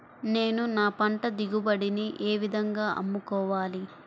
నేను నా పంట దిగుబడిని ఏ విధంగా అమ్ముకోవాలి?